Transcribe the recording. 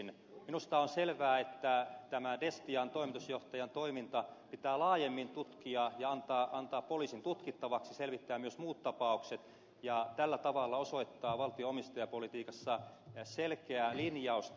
minusta on selvää että tämä destian toimitusjohtajan toiminta pitää laajemmin tutkia ja antaa poliisin tutkittavaksi selvittää myös muut tapaukset ja tällä tavalla osoittaa valtion omistajapolitiikassa selkeää linjausta